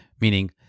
meaning